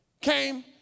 came